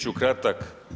ću kratak.